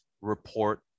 report